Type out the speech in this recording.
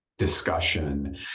discussion